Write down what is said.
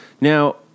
Now